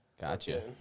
Gotcha